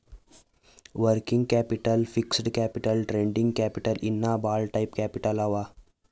working capital, fixed capital, trading capital ಇನ್ನಾ ಭಾಳ type capital ಅವಾ